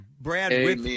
Brad